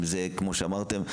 כמו שאמרתם,